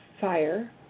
fire